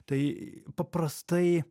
tai paprastai